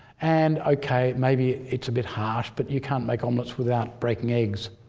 and okay maybe it's a bit harsh, but you can't make omelettes without breaking eggs.